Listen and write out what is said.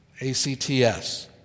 A-C-T-S